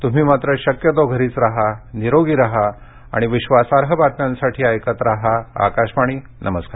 तुम्ही मात्र शक्यतो घरीच राहा निरोगी राहा आणि विश्वासार्ह बातम्यांसाठी ऐकत राहा आकाशवाणी नमस्कार